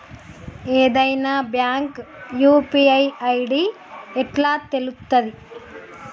ఏదైనా bank UPI ID ఎట్లా తెలుత్తది?